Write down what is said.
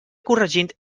corregint